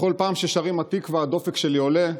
בכל פעם ששרים התקווה הדופק שלי עולה.